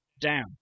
Down